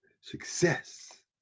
success